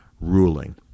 ruling